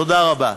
תודה רבה.